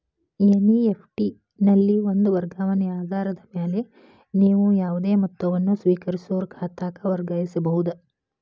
NEFT ನಲ್ಲಿ ಒಂದ ವರ್ಗಾವಣೆ ಆಧಾರದ ಮ್ಯಾಲೆ ನೇವು ಯಾವುದೇ ಮೊತ್ತವನ್ನ ಸ್ವೇಕರಿಸೋರ್ ಖಾತಾಕ್ಕ ವರ್ಗಾಯಿಸಬಹುದ್